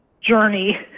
journey